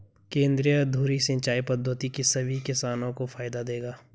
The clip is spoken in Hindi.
केंद्रीय धुरी सिंचाई पद्धति सभी किसानों को फायदा देगा